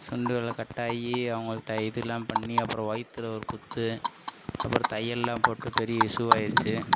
சுண்டு விரல் கட்டாகி அவங்கள்ட இதலாம் பண்ணி அப்றம் வயிற்றில ஒரு குத்து அப்புறம் தையல்லாம் போட்டு பெரிய இஷ்யூ ஆகிருச்சி